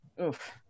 Oof